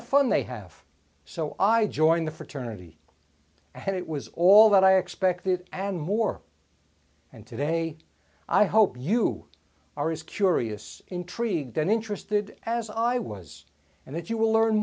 the fun they have so i joined the fraternity and it was all that i expected and more and today i hope you are as curious intrigued and interested as i was and that you will learn